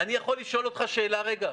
אני יכול לשאול אותך שאלה רגע?